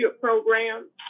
program